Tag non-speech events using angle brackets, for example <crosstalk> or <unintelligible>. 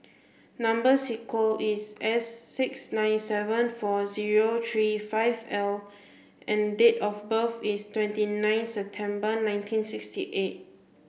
number <unintelligible> is S six nine seven four zero three five L and date of birth is twenty nine September nineteen sixty eight